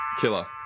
Killer